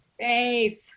space